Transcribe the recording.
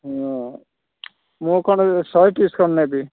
ହଁ ମୁଁ କ'ଣ ଶହେ ପିସ୍ ଖଣ୍ଡେ ନେବି